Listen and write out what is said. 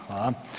Hvala.